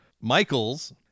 Michael's